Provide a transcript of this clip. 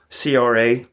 CRA